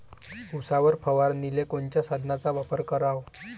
उसावर फवारनीले कोनच्या साधनाचा वापर कराव?